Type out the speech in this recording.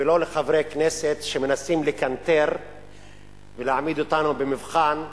לא לחברי כנסת שמנסים לקנטר ולהעמיד אותנו במבחן שהם,